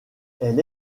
elle